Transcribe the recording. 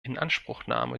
inanspruchnahme